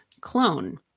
clone